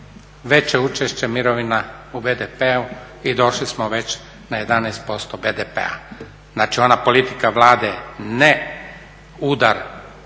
veće učešće mirovina u BDP-u i došli smo već na 11% BDP-a. Znači, ona politika Vlade ne udar